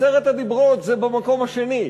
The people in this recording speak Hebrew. עשרת הדיברות זה במקום השני.